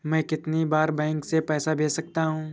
मैं कितनी बार बैंक से पैसे भेज सकता हूँ?